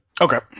Okay